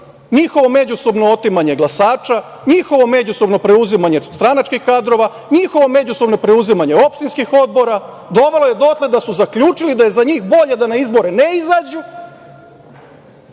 njihovo međusobno otimanje glasanje, njihovo međusobno preuzimanje stranačkih kadrova, njihovo međusobno preuzimanje opštinskih odbora, dovelo je dotle da su zaključili da je za njih bolje da na izbore ne izađu,